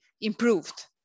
improved